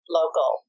local